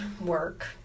work